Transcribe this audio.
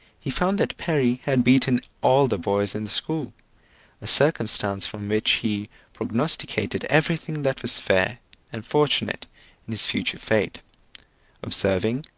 he found that perry had beaten all the boys in the school a circumstance from which he prognosticated everything that was fair and fortunate in his future fate observing,